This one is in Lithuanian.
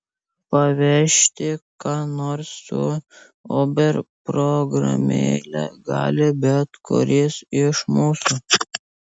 pavežti ką nors su uber programėle gali bet kuris iš mūsų